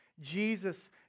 Jesus